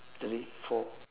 three four